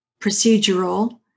procedural